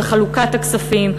על חלוקת הכספים,